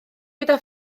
gyda